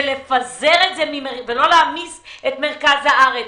היא לפזר את זה ולא להעמיס על מרכז הארץ,